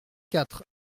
quatre